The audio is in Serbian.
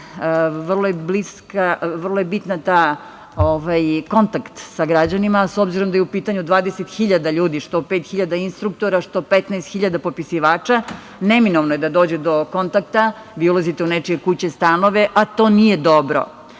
vrlo je bitan kontakt sa građanima, obzirom da je u pitanju 20.000 ljudi, što 5.000 instruktora, što 15.000 popisivača, neminovno je da dođe do kontakta, obilazite nečije kuće, stanove, a to nije dobro.